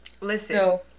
Listen